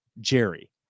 Jerry